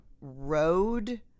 road